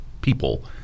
people